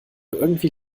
irgendwie